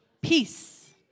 Peace